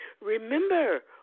Remember